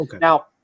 Now